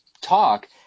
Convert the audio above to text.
talk